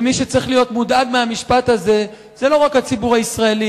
שמי שצריך להיות מודאג מהמשפט הזה הוא לא הציבור הישראלי